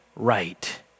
right